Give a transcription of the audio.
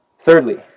Thirdly